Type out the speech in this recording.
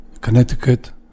Connecticut